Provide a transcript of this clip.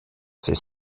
ses